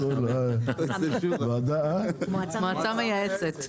לזה --- מועצה מייעצת.